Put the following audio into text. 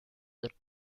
the